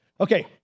Okay